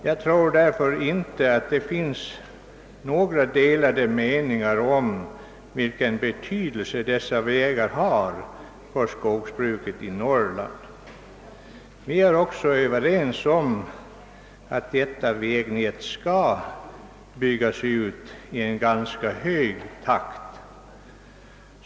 Jag tror därför inte att det råder några delade meningar om vilken betydelse skogsbilvägarna har för skogsbruket i Norrland. Vi är också överens om att skogsbilvägnätet skall byggas ut i rätt snabb takt.